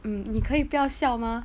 mm 你可以不要笑吗